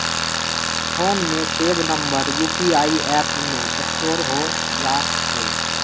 phone में save number UPI app में store हो जा हई